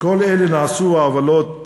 כל אלה נעשו, העוולות